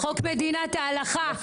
חוק מדינת ההלכה,